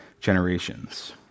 generations